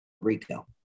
Rico